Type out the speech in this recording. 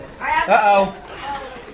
Uh-oh